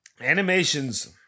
animations